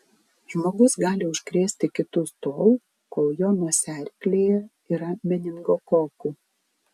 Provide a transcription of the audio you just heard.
žmogus gali užkrėsti kitus tol kol jo nosiaryklėje yra meningokokų